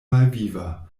malviva